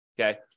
okay